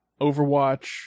Overwatch